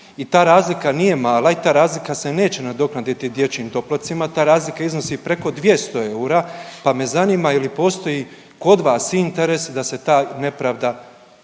I ta razlika nije mala i ta razlika se neće nadoknaditi dječjim doplatcima, ta razlika iznosi preko 200 eura pa me zanima je li postoji kod vas interes da se ta nepravda